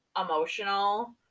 emotional